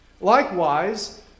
Likewise